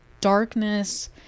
darkness